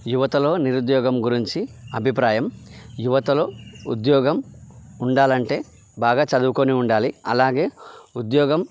యువతలో నిరుద్యోగం గురించి అభిప్రాయం యువతలో ఉద్యోగం ఉండాలి అంటే బాగా చదువుకొని ఉండాలి అలాగే ఉద్యోగం